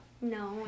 No